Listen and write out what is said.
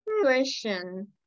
question